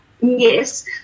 yes